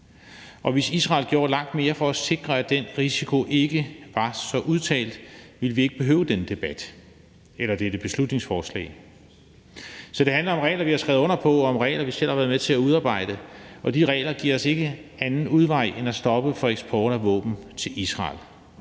og hvis Israel gjorde langt mere for at sikre, at den risiko ikke var så udtalt, ville vi ikke behøve denne debat eller dette beslutningsforslag. Det handler om regler, vi selv har skrevet under på, og som vi selv har været med til udarbejde, og de regler giver os ingen anden udvej end at stoppe for eksport af våben til Israel.